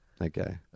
Okay